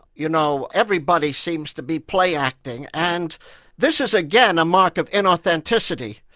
you know, everybody seems to be play-acting, and this is again a mark of inauthenticity,